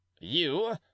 You